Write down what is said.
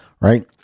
right